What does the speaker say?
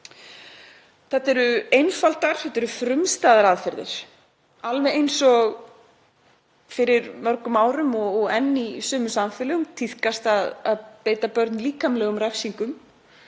Þetta eru einfaldar, frumstæðar aðferðir alveg eins og fyrir mörgum árum og enn í sumum samfélögum tíðkast að beita börn líkamlegum refsingum